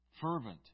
fervent